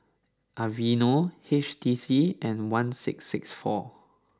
Aveeno H T C and one six six four